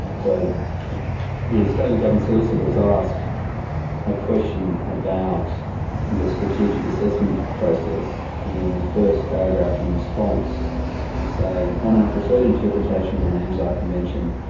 the australian government solicitor was asked a question about the strategic assessment process and in the first paragraph in response they say on our preferred interpretation of the ramsar convention,